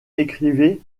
écrivez